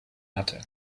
hatte